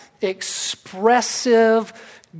expressive